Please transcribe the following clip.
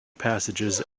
passages